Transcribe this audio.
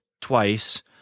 twice